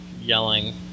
yelling